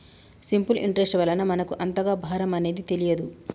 simple interest వలన మనకు అంతగా భారం అనేది తెలియదు